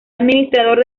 administrador